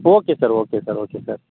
okay sir okay sir okay sir